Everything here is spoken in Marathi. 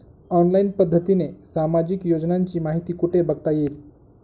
ऑनलाईन पद्धतीने सामाजिक योजनांची माहिती कुठे बघता येईल?